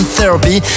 Therapy